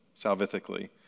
salvifically